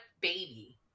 baby